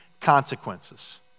consequences